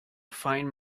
find